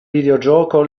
videogioco